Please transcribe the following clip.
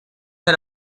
fer